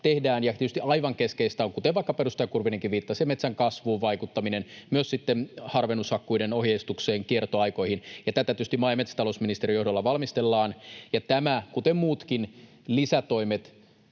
ja tietysti aivan keskeistä on, mihin vaikkapa edustaja Kurvinenkin viittasi, metsän kasvuun vaikuttaminen, myös harvennushakkuiden ohjeistukseen, kiertoaikoihin, vaikuttaminen, ja tätä tietysti maa- ja metsätalousministerin johdolla valmistellaan. Tämä, kuten muutkin lisätoimet